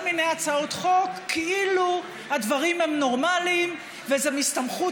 מיני הצעות חוק כאילו הדברים הם נורמליים וזה מהסתמכות.